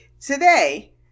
today